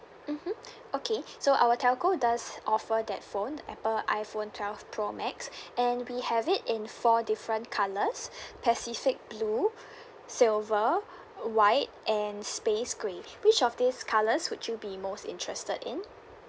mmhmm okay so our telco does offer that phone apple iphone twelve pro max and we have it in four different colours pacific blue silver white and space grey which of these colours would you be most interested in